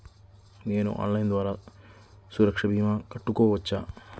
నేను ఆన్లైన్ ద్వారా సురక్ష భీమా కట్టుకోవచ్చా?